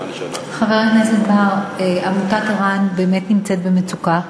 חבר הכנסת בר, עמותת ער"ן באמת נמצאת במצוקה,